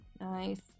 nice